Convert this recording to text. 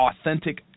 authentic